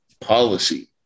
policy